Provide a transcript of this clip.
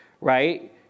right